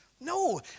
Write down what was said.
No